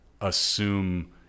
assume